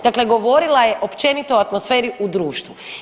Dakle, govorila je općenito o atmosferi u društvu.